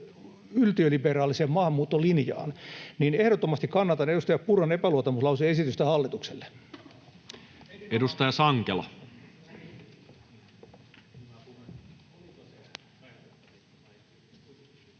yltiöliberaaliseen maahanmuuttolinjaan, niin ehdottomasti kannatan edustaja Purran epäluottamuslause-esitystä hallitukselle. [Speech 125]